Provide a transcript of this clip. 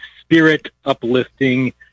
spirit-uplifting